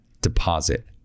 deposit